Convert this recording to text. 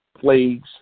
plagues